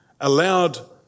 allowed